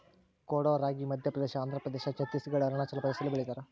ಕೊಡೋ ರಾಗಿ ಮಧ್ಯಪ್ರದೇಶ ಆಂಧ್ರಪ್ರದೇಶ ಛತ್ತೀಸ್ ಘಡ್ ಅರುಣಾಚಲ ಪ್ರದೇಶದಲ್ಲಿ ಬೆಳಿತಾರ